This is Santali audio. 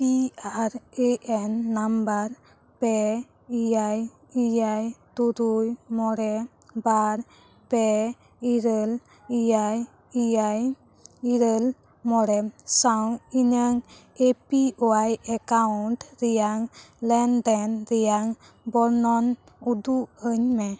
P R A N number ᱯᱮ ᱮᱭᱟᱭ ᱮᱭᱟᱭ ᱛᱩᱨᱩᱭ ᱢᱚᱬᱮ ᱵᱟᱨ ᱯᱮ ᱤᱨᱟᱹᱞ ᱮᱭᱟᱭ ᱮᱭᱟᱭ ᱤᱨᱟᱹᱞ ᱢᱚᱬᱮ ᱥᱟᱶ ᱤᱧᱟᱹᱜ ᱮ ᱯᱤ ᱚᱣᱟᱭ ᱮᱠᱟᱣᱩᱱᱴ ᱨᱮᱱᱟᱜ ᱞᱮᱱᱫᱮᱱ ᱨᱮᱱᱟᱜ ᱵᱚᱨᱱᱚᱱ ᱩᱫᱩᱜ ᱟᱹᱧᱢᱮ